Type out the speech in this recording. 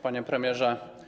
Panie Premierze!